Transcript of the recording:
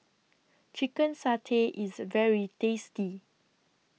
Chicken Satay IS very tasty